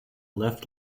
left